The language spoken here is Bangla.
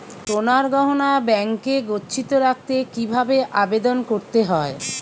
সোনার গহনা ব্যাংকে গচ্ছিত রাখতে কি ভাবে আবেদন করতে হয়?